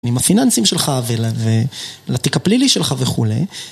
עם הפיננסים שלך ול... ולתיק הפלילי שלך וכו'